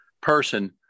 person